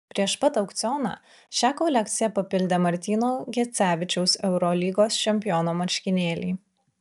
prieš pat aukcioną šią kolekciją papildė martyno gecevičiaus eurolygos čempiono marškinėliai